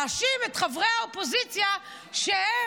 להאשים את חברי האופוזיציה שהם,